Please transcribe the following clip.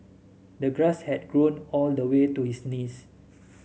the grass had grown all the way to his knees